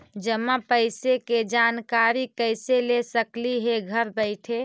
जमा पैसे के जानकारी कैसे ले सकली हे घर बैठे?